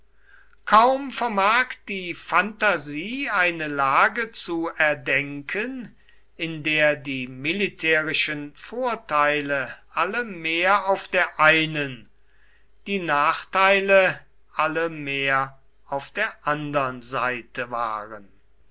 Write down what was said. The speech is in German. kaum vermag die phantasie eine lage zu erdenken in der die militärischen vorteile alle mehr auf der einen die nachteile alle mehr auf der andern seite waren